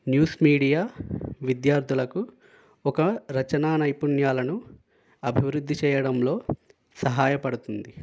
news media విద్యార్థులకు ఒక రచనా నైపుణ్యాలను అభివృద్ధి చేయడంలో సహాయపడుతుంది